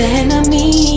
enemy